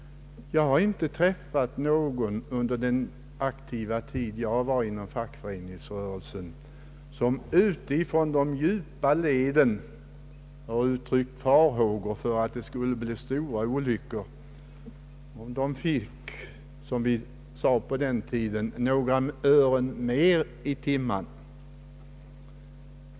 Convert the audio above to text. Jag har under min aktiva tid inom fackföreningsrörelsen inte träffat någon från de djupa leden som uttryckt farhågor för att det skulle inträffa stora olyckor om de fick, som vi sade på den tiden, några ören mer i timmen.